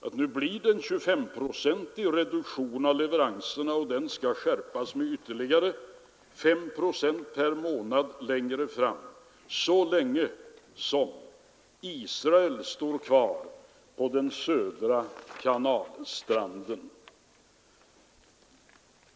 att nu blir det en 25-procentig reduktion av leveranserna, och den skall skärpas med ytterligare 5 procent per månad längre fram, så länge som Israel står kvar på den västra kanalstranden.